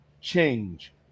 change